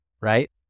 right